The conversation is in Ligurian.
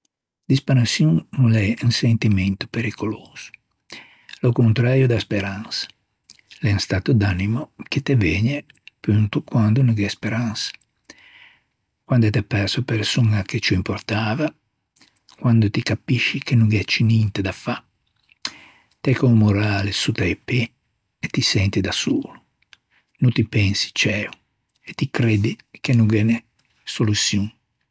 Disperaçion o l'é un sentimento pericoloso. O l'é o conträio da speransa. L'é un stæto d'animo che te vëgne ponto quande no gh'é speransa, quande t'æ perso a persoña che ciù importava, quando ti capisci che no gh'é ciù ninte da fâ, t'ê co-o morale sott'a-i pê e ti senti da solo. No ti pensi ciæo e ti creddi che no ghe n'é soluçion.